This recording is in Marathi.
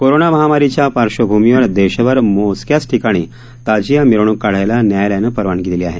कोरोना महामारीच्या पार्श्वभूमीवर देशभर मोजक्याच ठिकाणी ताजिया मिरवणूक काढायला न्यायालयानं परवानगी दिली आहे